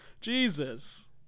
Jesus